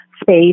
space